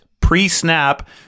pre-snap